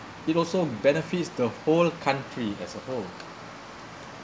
it also benefits the whole country as a whole